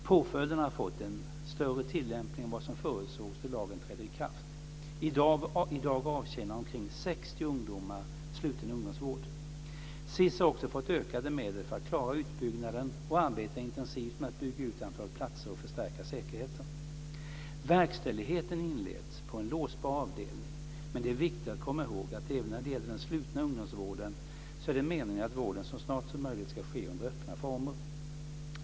Påföljden har fått en större tillämpning än vad som förutsågs då lagen trädde i kraft. I dag avtjänar omkring 60 ungdomar sluten ungdomsvård. SiS har också fått ökade medel för att klara utbyggnaden och arbetar intensivt med att bygga ut antalet platser och förstärka säkerheten. Verkställigheten inleds på en låsbar avdelning, men det är viktigt att komma ihåg att även när det gäller den slutna ungdomsvården är det meningen att vården så snart som möjligt ska ske under öppna former.